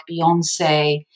Beyonce